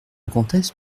comtesse